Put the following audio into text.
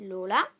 Lola